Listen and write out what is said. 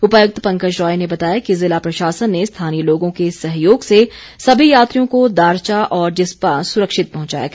उपायुक्त पंकज रॉय ने बताया कि जिला प्रशासन ने स्थानीय लोगों के सहयोग से सभी यात्रियों को दारचा और जिस्पा सुरक्षित पहुंचाया गया